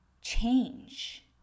change